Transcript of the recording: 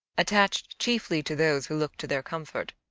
attached chiefly to those who look to their comfort,